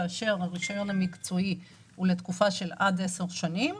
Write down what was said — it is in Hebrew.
כאשר הרישיון המקצועי הוא לתקופה של עד 10 שנים.